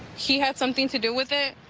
he had something to do with it.